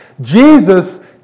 Jesus